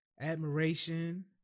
admiration